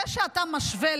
זה שאתה משווה,